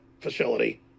facility